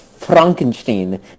Frankenstein